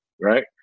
Right